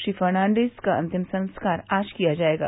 Shri Fernandes का अंतिम संस्कार आज किया जायेगा